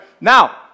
Now